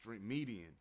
Median